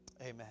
Amen